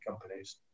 companies